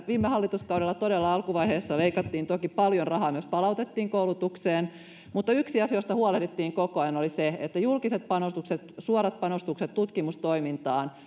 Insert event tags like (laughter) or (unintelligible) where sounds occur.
viime hallituskaudella todella alkuvaiheessa leikattiin toki paljon rahaa myös palautettiin koulutukseen mutta yksi asia josta huolehdittiin koko ajan oli se että julkiset panostukset suorat panostukset tutkimustoimintaan (unintelligible)